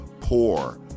poor